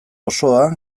osoa